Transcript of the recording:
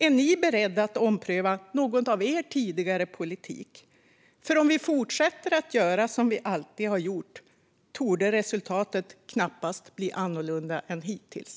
Är ni beredda att ompröva något i er tidigare politik? Om vi fortsätter att göra som vi alltid har gjort torde resultatet knappast bli annorlunda än hittills.